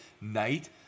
night